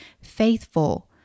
faithful